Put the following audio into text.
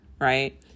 right